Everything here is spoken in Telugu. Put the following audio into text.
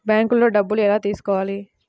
బ్యాంక్లో డబ్బులు ఎలా తీసుకోవాలి?